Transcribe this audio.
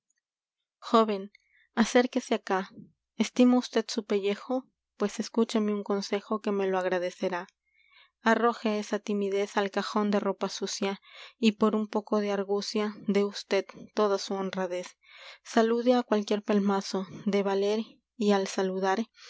oven acérquese acá su estima usted pues escúcheme que me un pellejo consejo lo agradecerá esa arroje al timidez ropa cajón de sucia y por un poco de argucia su dé usted toda salude á de honradez cualquier pelmazo y valer al saludar